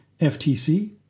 FTC